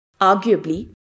Arguably